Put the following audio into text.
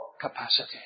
capacity